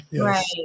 Right